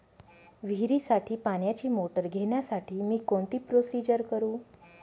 विहिरीसाठी पाण्याची मोटर घेण्यासाठी मी कोणती प्रोसिजर करु?